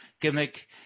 gimmick